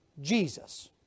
Jesus